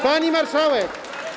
Pani Marszałek!